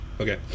Okay